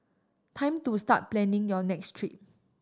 time to start planning your next trip